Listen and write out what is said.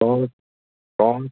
कौन कौन